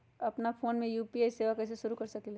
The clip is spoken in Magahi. अपना फ़ोन मे यू.पी.आई सेवा कईसे शुरू कर सकीले?